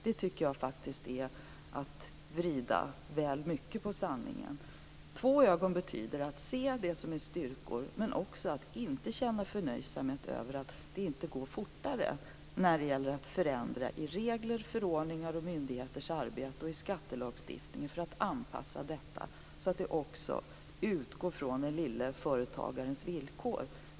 Det är att vrida väl mycket på sanningen. Två ögon betyder att man ser det som är styrkan men att man inte heller känner förnöjsamhet när det inte går fortare att förändra i regler, förordningar och myndigheters arbete och i skattelagstiftningen, för att anpassa detta så att det också utgår från småföretagarens villkor.